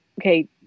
okay